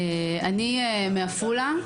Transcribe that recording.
אני מעפולה,